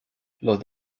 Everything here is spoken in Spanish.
los